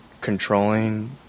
controlling